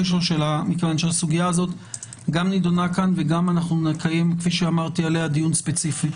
הסוגיה הזאת גם נדונה כאן וגם נקיים עליה דיון ספציפי.